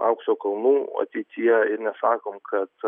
aukso kalnų ateityje ir nesakom kad